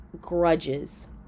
grudges